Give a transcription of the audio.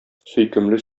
сөйкемле